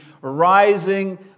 rising